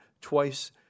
twice